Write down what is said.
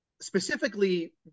specifically